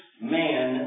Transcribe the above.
man